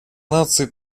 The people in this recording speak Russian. наций